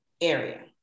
area